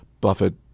Buffett